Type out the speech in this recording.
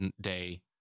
day